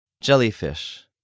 Jellyfish